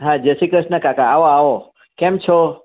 હા જયશ્રી ક્રશ્ન કાકા આવો આવો કેમ છો